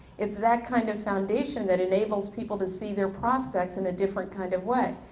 it's that kind of foundation that enables people to see their prospects in a different kind of way.